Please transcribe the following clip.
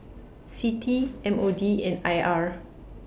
CITI M O D and I R